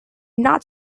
not